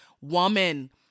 woman